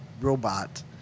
robot